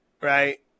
Right